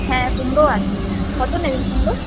হ্যাঁ কুমড়ো আছে কত নেবেন কুমড়ো